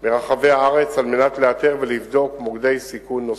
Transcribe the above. ברחבי הארץ על מנת לאתר ולבדוק מוקדי סיכון נוספים.